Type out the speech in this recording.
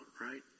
right